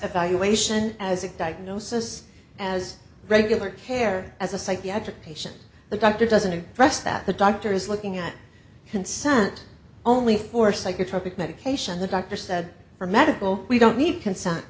evaluation as a diagnosis as regular care as a psychiatric patient the doctor doesn't address that the doctor is looking at consent only for psychotropic medication the doctor said for medical we don't need consent